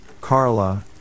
Carla